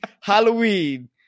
Halloween